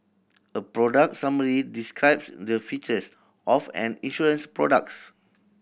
a product summary describe the features of an insurance products